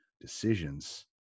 decisions